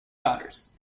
daughters